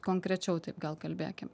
konkrečiau taip gal kalbėkim